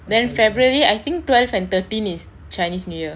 then february I think twelve and thirteen is chinese new year